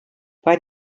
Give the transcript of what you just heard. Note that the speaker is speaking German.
bei